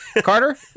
Carter